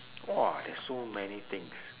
!wah! there's so many things